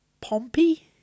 Pompey